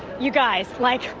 you guys, like